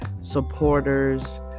Supporters